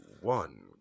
one